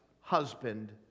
husband